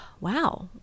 wow